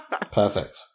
perfect